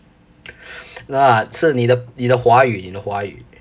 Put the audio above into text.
no lah 是你的你的华语你的华语